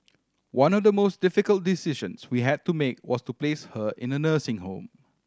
one of the most difficult decisions we had to make was to place her in a nursing home